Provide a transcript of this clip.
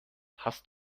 hast